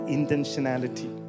Intentionality